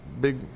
big